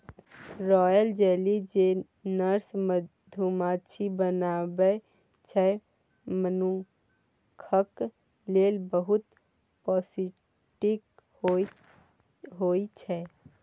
royal jelly जे nurse मधुमाछी बनबै छै मनुखक लेल बहुत पौष्टिक होइ छै